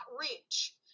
Rich